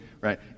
right